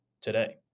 today